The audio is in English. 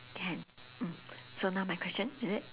can mm so now my question is it